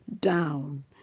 down